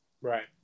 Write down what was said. Right